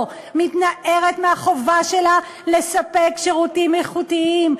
מתנערת מהחובה שלה לספק שירותים איכותיים,